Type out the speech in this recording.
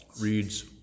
reads